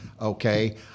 okay